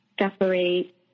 separate